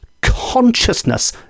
consciousness